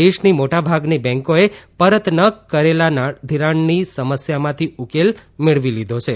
દેશની મોટા ભાગની બેંકોએ પરત ન ફરેલા ધિરાણની સમસ્યામાંથી ઉકેલ મેળવી લીધો છે